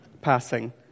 passing